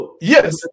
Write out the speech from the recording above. Yes